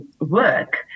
work